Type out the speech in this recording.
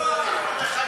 לא, אנחנו מחכים למוצא פיך.